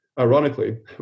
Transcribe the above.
Ironically